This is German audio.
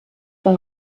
war